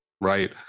right